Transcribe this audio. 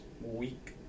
week